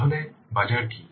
তাহলে বাজার কি